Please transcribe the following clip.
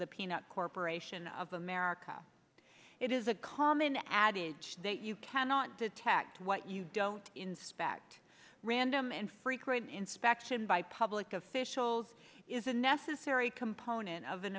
the peanut corporation of america it is a common adage that you cannot detect what you don't inspect random and frequent inspection by public officials is a necessary component of an